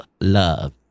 love